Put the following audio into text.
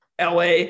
la